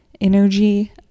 energy